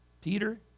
Peter